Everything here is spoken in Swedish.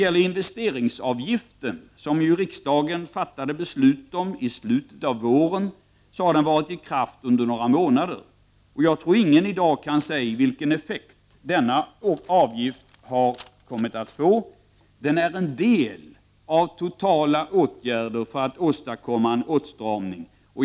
Beslutet om investeringsavgiften, som ju riksdagen fattade i slutet av våren, har varit i kraft under några månader. Ingen kan väl i dag säga vilken effekt denna avgift har kommit att få. Den är en del av de totala åtgärderna för att åstadkomma en åtstramning.